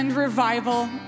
revival